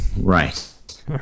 Right